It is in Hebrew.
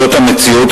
זאת המציאות.